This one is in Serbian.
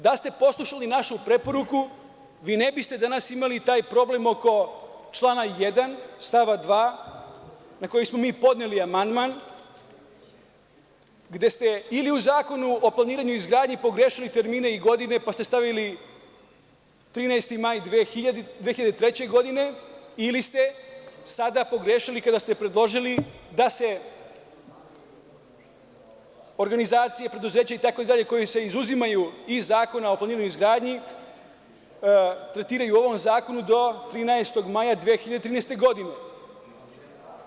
Da ste poslušali našu preporuku, vi ne biste danas imali taj problem oko člana 1. stav 2. na koji smo mi podneli amandman, gde ste ili u Zakonu o planiranju i izgradnji pogrešili termine i godine, pa ste stavili 13. maj 2003. godine ili stesada pogrešili kada ste predložili da se organizacije, preduzeća itd, koji se izuzimaju iz Zakona o planiranju i izgradnji, tretiraju ovim zakonom do 13. maja 2013. godine.